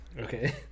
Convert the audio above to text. Okay